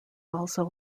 also